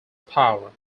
power